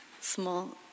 small